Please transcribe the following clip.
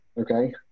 okay